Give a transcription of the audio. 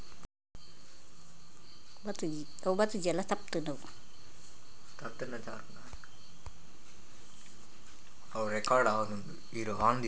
ಅರ್ಜೆಂಟ್ಗೆ ಲೋನ್ ಸಿಗ್ಲಿಕ್ಕೆ ಎನಾದರೂ ದಾರಿ ಉಂಟಾ